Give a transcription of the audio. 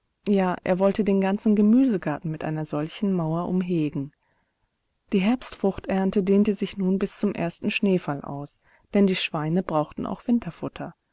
ja er wollte den ganzen gemüsegarten mit einer solchen mauer umhegen die herbstfruchternte dehnte sich nun bis zum ersten schneefall aus denn die schweine brauchten auch